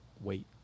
wait